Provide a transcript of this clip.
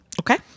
Okay